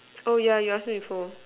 oh yeah you got send before